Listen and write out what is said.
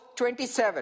27